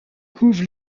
couve